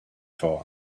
for